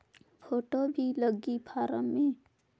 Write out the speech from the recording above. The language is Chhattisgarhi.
फ़ोटो भी लगी फारम मे?